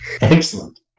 Excellent